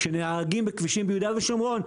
כשנהגים בכבישים ביהודה ושומרון,